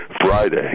Friday